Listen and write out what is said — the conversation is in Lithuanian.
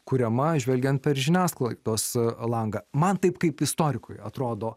kuriama žvelgiant per žiniasklaidos langą man taip kaip istorikui atrodo